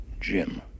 Jim